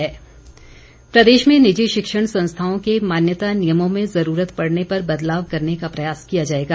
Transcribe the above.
मारद्वाज प्रदेश में निजी शिक्षण संस्थाओं के मान्यता नियमों में ज़रूरत पड़ने पर बदलाव करने का प्रयास किया जाएगा